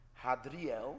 Hadriel